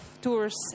tours